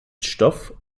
stoff